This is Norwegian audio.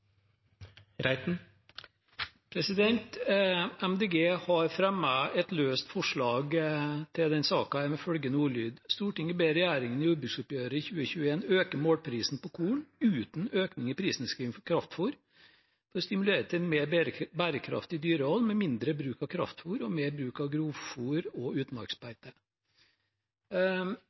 MDG har fremmet et forslag til denne saken med følgende ordlyd: «Stortinget ber regjeringen i jordbruksoppgjøret i 2021 øke målprisen på korn uten økning i prisnedskrivning for kraftfôr, for å stimulere til mer bærekraftig dyrehold med mindre bruk av kraftfôr, og mer bruk av grovfôr og utmarksbeite.»